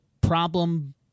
problem